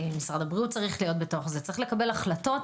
צריך לקבל החלטות